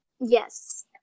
Yes